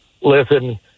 listen